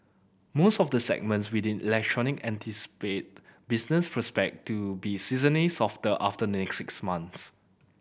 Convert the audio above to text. most of the segments within electronic anticipate business prospect to be seasonally softer after the next six months